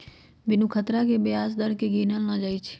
बिनु खतरा के ब्याज दर केँ गिनल न जाइ छइ